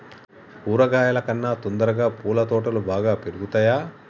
కూరగాయల కన్నా తొందరగా పూల తోటలు బాగా పెరుగుతయా?